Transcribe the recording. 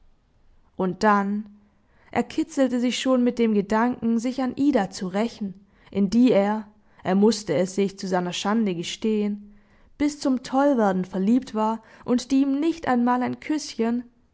und dann er kitzelte sich schon mit dem gedanken sich an ida zu rächen in die er er mußte es sich zu seiner schande gestehen bis zum tollwerden verliebt war und die ihm nicht einmal ein küßchen nein